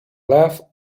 laugh